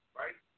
right